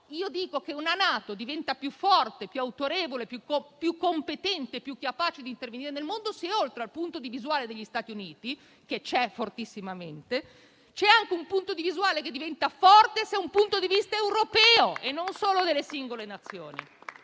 Io penso che la NATO diventa più forte, più autorevole, più competente e più capace di intervenire nel mondo se, oltre al punto di vista degli Stati Uniti (che c'è fortissimamente), c'è anche una prospettiva che diventa forte se è un punto di vista europeo e non solo delle singole Nazioni.